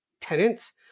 tenants